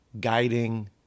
guiding